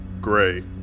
Gray